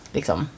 Liksom